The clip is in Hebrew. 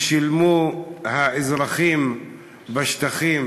שהאזרחים בשטחים